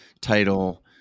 title